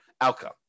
outcome